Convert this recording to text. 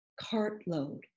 cartload